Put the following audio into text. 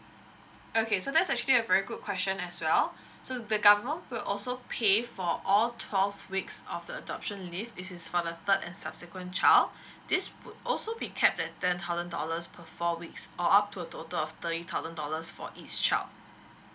okay so that's actually a very good question as well so the government will also pay for all twelve weeks of the adoption leave if this is for the third and subsequent child this would also be capped at ten thousand dollars per four weeks or up to a total of thirty thousand dollars for each child